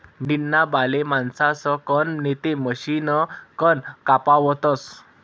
मेंढीना बाले माणसंसकन नैते मशिनकन कापावतस